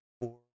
four